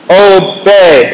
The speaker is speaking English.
obey